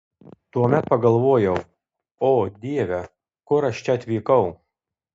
tuomet pagalvojau o dieve kur aš čia atvykau